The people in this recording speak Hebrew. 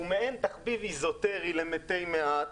שהוא מעין תחביב איזוטרי למתי מעט